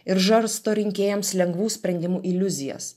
ir žarsto rinkėjams lengvų sprendimų iliuzijas